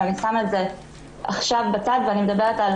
אבל אני שמה את זה עכשיו בצד ואני מדברת על